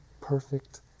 perfect